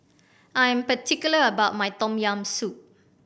I am particular about my Tom Yam Soup